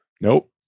Nope